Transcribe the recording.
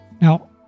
Now